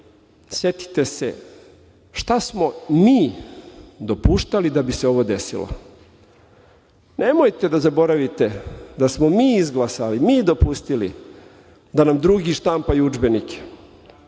setite se šta smo mi dopuštali da bi se ovo desilo. Nemojte da zaboravite da smo mi izglasali, mi dopustili, da nam drugi štampaju udžbenike,